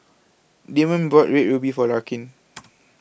Damond bought Red Ruby For Larkin